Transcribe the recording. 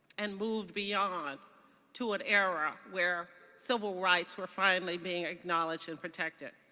and moved beyond to an era where civil rights were finally being acknowledged and protected.